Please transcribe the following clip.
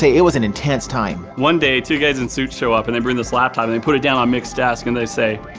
it was an intense time. one day, two guys in suits show up and they bring this laptop and they put it down on mick's desk and they say,